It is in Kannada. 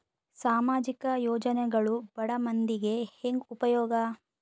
ಸಾಮಾಜಿಕ ಯೋಜನೆಗಳು ಬಡ ಮಂದಿಗೆ ಹೆಂಗ್ ಉಪಯೋಗ?